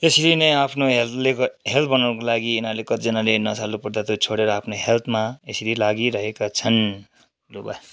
यसरी नै आफ्नो हेल्थले ग हेल्थ बनाउनुको लागि यिनीहरूले कतिजनाले नशालु पदार्थहरू छोडेर आफ्नो हेल्थमा यसरी लागिरहेका छन् लु भयो